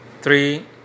Three